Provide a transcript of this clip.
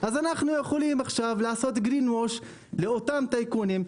אז אנחנו יכולים לעשות עכשיו Green wash לאותם טייקונים,